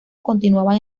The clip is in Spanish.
continuaban